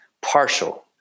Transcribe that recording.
partial